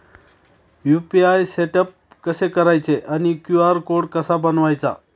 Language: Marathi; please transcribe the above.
यु.पी.आय सेटअप कसे करायचे आणि क्यू.आर कोड कसा बनवायचा?